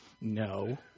No